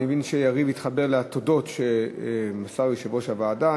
אני מבין שיריב התחבר לתודות שמסר יושב-ראש הוועדה.